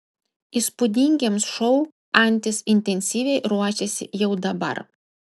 įspūdingiems šou antis intensyviai ruošiasi jau dabar